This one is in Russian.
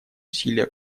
усилия